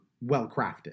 well-crafted